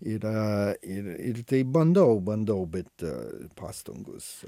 yra ir ir tai bandau bandau bet pastangos